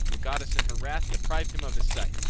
the goddess in her wrath deprived him of his sight,